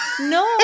No